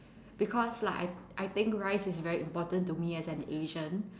because like I I think rice is very important to me as an asian